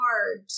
hard